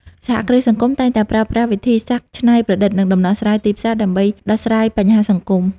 សហគ្រាសសង្គមតែងតែប្រើប្រាស់វិធីសាស្រ្តច្នៃប្រឌិត និងដំណោះស្រាយទីផ្សារ ដើម្បីដោះស្រាយបញ្ហាសង្គម។